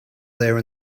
there